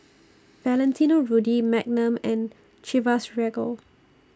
Valentino Rudy Magnum and Chivas Regal